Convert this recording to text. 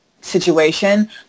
situation